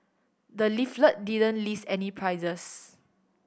the leaflet didn't list any prices